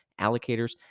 allocators